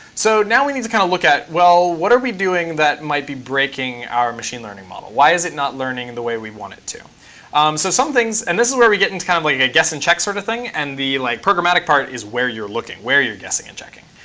so now we need to kind of look at, well, what are we doing that might be breaking our machine learning model? why is it not learning in the way we want it to? so some things and this is where we get into kind of a guess and check sort of thing, and the like programmatic part is where you're looking, where you're guessing and checking.